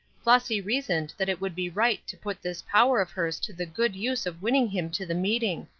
flossy reasoned that it would be right to put this power of hers to the good use of winning him to the meeting,